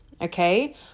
okay